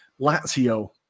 Lazio